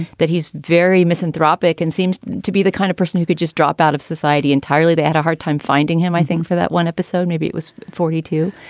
that he's very misanthropic and seems to be the kind of person who could just drop out of society entirely to add a hard time finding him. i think for that one episode, maybe it was forty two.